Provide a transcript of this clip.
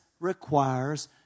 Requires